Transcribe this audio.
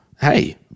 hey